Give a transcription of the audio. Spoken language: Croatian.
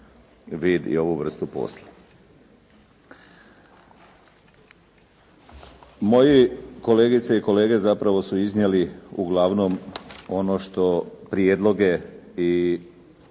vid i ovu vrstu posla. Moji kolegice i kolege zapravo su iznijeli uglavnom ono što prijedloge i